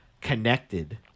connected